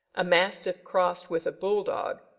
a mastiff crossed with a bull-dog,